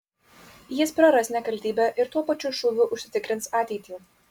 jis praras nekaltybę ir tuo pačiu šūviu užsitikrins ateitį